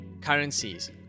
currencies